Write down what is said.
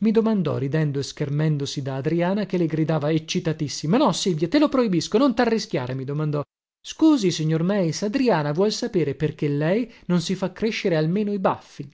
mi domandò ridendo e schermendosi da adriana che le gridava eccitatissima no silvia te lo proibisco non tarrischiare mi domandò scusi signor meis adriana vuol sapere perché lei non si fa crescere almeno i baffi